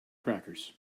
crackers